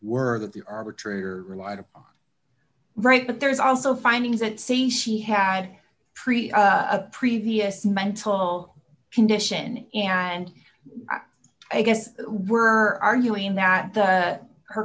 were that the arbitrator relied upon right but there's also findings that say he had treat a previous mental condition and i guess were arguing that he